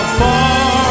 far